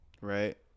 right